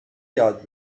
یاد